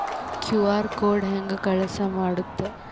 QR code ಹೆಂಗ ಕೆಲಸ ಮಾಡುತ್ತೆ?